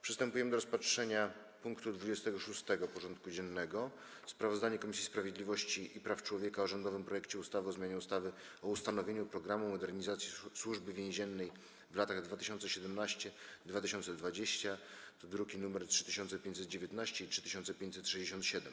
Przystępujemy do rozpatrzenia punktu 26. porządku dziennego: Sprawozdanie Komisji Sprawiedliwości i Praw Człowieka o rządowym projekcie ustawy o zmianie ustawy o ustanowieniu „Programu modernizacji Służby Więziennej w latach 2017-2020” (druki nr 3519 i 3567)